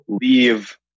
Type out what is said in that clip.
leave